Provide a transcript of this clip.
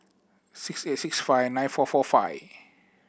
six eight six five nine four four five